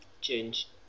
change